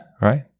right